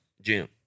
gym